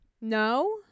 No